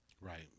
Right